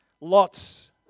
lots